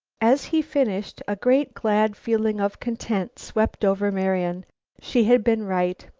as he finished, a great, glad feeling of content swept over marian she had been right,